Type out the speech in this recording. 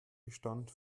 bestand